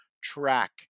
track